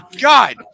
God